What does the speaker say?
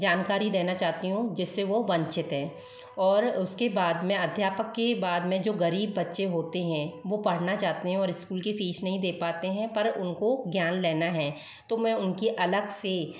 जानकारी देना चाहती हूँ जिससे वो वंचित हैं और उसके बाद मैं अध्यापक के बाद में जो गरीब बच्चे होते हैं वो पढ़ना चाहते हैं और स्कूल की फीस नहीं दे पाते हैं पर उनको ज्ञान लेना है तो मैं उनकी अलग से